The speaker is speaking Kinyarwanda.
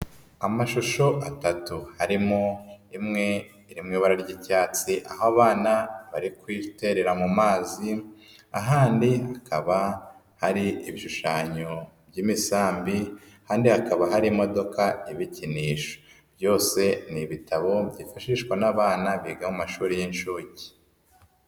Amashusho atatu harimo imwe iri mu ibara ry'ibyatsi aho abana bari kwiterera mu mazi, ahandi hakaba hari ibishushanyo by'imisambi, ahandi hakaba hari imodoka y'ibikinisho, byose ni ibitabo byifashishwa n'abana biga amashuri y'inshuke.